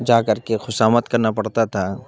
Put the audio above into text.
جا کر کے خوشامد کرنا پڑتا تھا